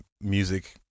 music